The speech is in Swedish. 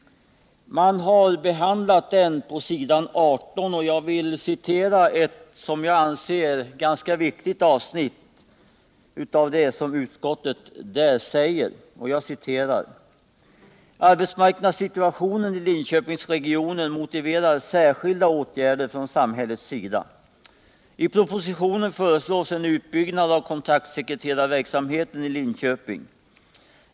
På s. 18 i betänkandet behandlar utskottet motionen, och jag vill citera ett som jag anser ganska viktigt avsnitt av vad utskottet där säger: ”Arbetsmarknadssituationen i Linköpingsregionen motiverar särskilda åtgärder från samhällets sida. I propositionen föreslås en utbyggnad av kontaktsekreterarverksamheten i Linköping.